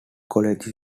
college